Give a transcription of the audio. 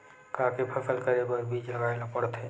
का के फसल करे बर बीज लगाए ला पड़थे?